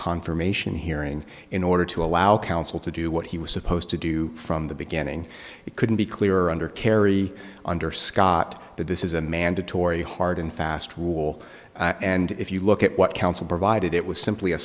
confirmation hearing in order to allow counsel to do what he was supposed to do from the beginning it couldn't be clearer under kerry under scott that this is a mandatory hard and fast rule and if you look at what counsel provided it was simply a